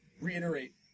Reiterate